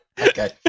Okay